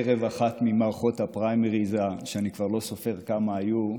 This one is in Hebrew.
ערב אחת ממערכות הפריימריז שאני כבר לא סופר כמה היו,